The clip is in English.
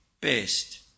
best